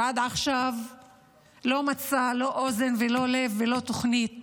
שעד עכשיו לא מצא לא אוזן, לא לב ולא תוכנית